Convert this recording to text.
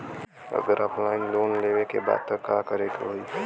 अगर offline loan लेवे के बा त का करे के होयी?